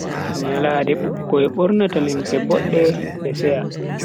Nyalande bikkoi bornata limse bunad be seya.